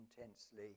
intensely